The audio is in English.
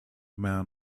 man